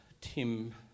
Tim